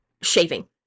shaving